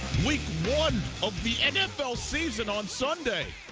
one of the nfl season on sunday